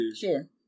Sure